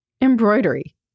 embroidery